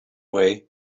way